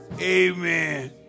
Amen